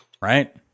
right